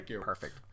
perfect